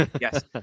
Yes